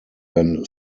when